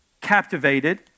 captivated